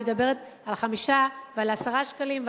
אני מדברת על 5 ועל 10 שקלים,